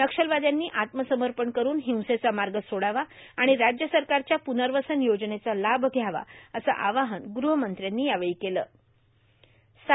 नक्षलवाद्यांनी आत्मसमपण करुन हिंसेचा माग सोडावा र्आण राज्य सरकारच्या पुनवसन योजनेचा लाभ घ्यावा असं आवाहन गृहमंत्र्यांनी केलं आहे